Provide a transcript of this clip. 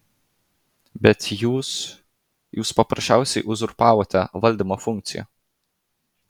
bet jūs jūs paprasčiausiai uzurpavote valdymo funkciją